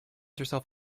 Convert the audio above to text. herself